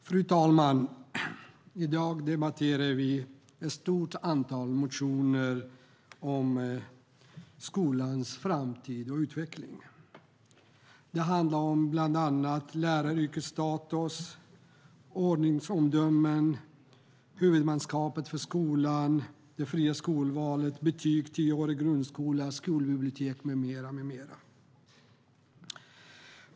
Fru talman! I dag debatterar vi ett stort antal motioner om skolans framtid och utveckling. Det handlar om bland annat läraryrkets status, ordningsomdömen, huvudmannaskapet för skolan, det fria skolvalet, betyg, tioårig grundskola, skolbibliotek med mera.